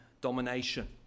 domination